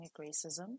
racism